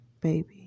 baby